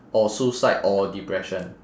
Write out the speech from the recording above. or suicide or depression